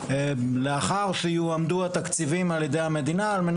לאחר שיועמדו התקציבים על ידי המדינה כדי